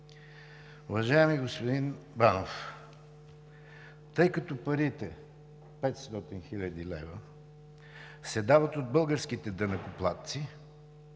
Уважаеми господин Банов, тъй като парите – 500 хил. лв., се дават от българските данъкоплатци,